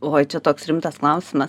oi čia toks rimtas klausimas